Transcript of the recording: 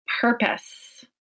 purpose